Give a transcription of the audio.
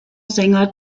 sänger